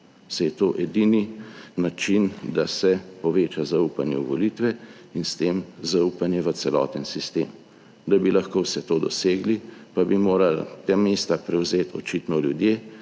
saj je to edini način, da se poveča zaupanje v volitve in s tem zaupanje v celoten sistem. Da bi lahko vse to dosegli, pa bi morali ta mesta prevzeti, očitno, ljudje,